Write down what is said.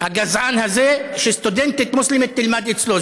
הגזען הזה, שסטודנטית מוסלמית תלמד אצלו.